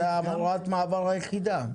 זאת הוראת המעבר היחידה.